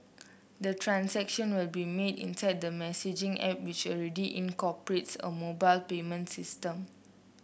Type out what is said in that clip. the transaction will be made inside the messaging app which already incorporates a mobile payment system